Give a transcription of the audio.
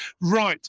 right